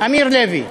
אמיר לוי.